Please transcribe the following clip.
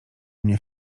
mnie